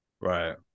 right